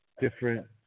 different